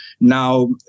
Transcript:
Now